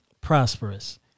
prosperous